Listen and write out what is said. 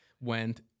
went